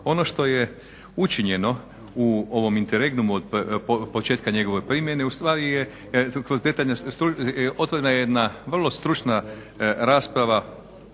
Ono što je učinjeno u ovom … od početka njegove primjene ustvari je … otvorena je jedna vrlo stručna rasprava